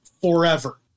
forever